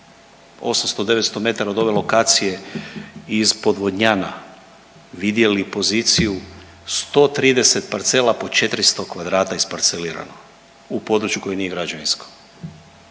800, 900 metara od ove lokacije ispod Vodnjana vidjeli poziciju 130 parcela po 400 kvadrata isparcelirano u području koje nije građevinsko.